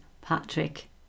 Patrick